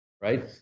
right